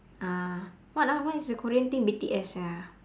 uh what ah what is the korean thing B_T_S ya